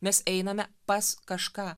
mes einame pas kažką